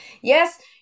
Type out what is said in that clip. Yes